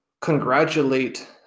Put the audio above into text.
congratulate